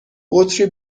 بطری